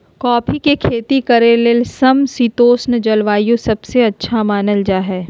coffee के खेती करे ले समशितोष्ण जलवायु सबसे अच्छा मानल जा हई